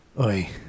Oi